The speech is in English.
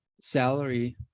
salary